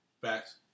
Facts